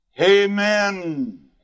Amen